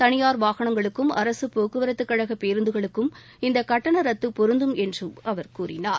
தனியார் வாகனங்களுக்கும் அரசுப் போக்குவரத்துக்கழக பேருந்துகளுக்கும் இந்த கட்டண ரத்து பொருந்தும் என்று அவர் கூறினார்